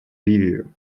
ливию